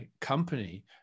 company